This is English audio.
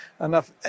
enough